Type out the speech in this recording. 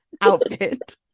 outfit